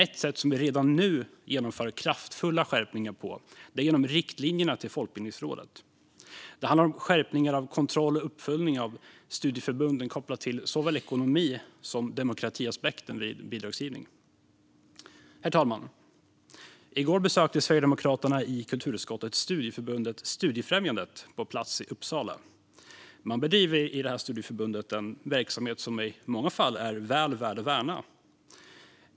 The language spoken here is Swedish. Ett sätt som vi redan nu använder för att genomföra kraftfulla skärpningar handlar om riktlinjerna till Folkbildningsrådet. Det är fråga om skärpningar av kontroll och uppföljning av studieförbunden kopplat till såväl ekonomi som demokratiaspekten vid bidragsgivning. Herr talman! I går besökte Sverigedemokraterna i kulturutskottet studieförbundet Studiefrämjandet på plats i Uppsala. Man bedriver i detta studieförbund en verksamhet som i många fall är väl värd att värna.